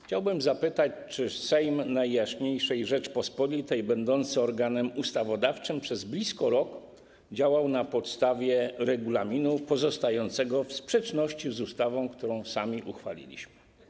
Chciałbym zapytać, czy Sejm Najjaśniejszej Rzeczypospolitej będący organem ustawodawczym przez blisko rok działał na podstawie regulaminu pozostającego w sprzeczności z ustawą, którą sami uchwaliliśmy.